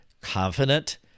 confident